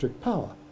power